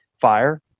fire